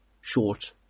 short